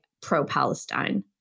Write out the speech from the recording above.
pro-Palestine